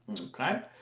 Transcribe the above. Okay